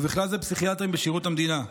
ובכלל זה פסיכיאטרים בשירות המדינה.